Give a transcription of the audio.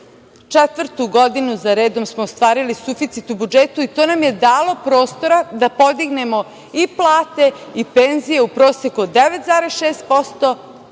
9,5%.Četvrtu godinu za redom smo ostvarili suficit u budžetu, i to nam je dalo prostora da podignemo i plate i penzije u proseku 9,6%